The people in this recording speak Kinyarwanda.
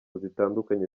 zitandukanye